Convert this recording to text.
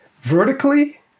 vertically